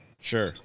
Sure